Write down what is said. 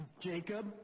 Jacob